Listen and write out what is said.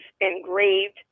engraved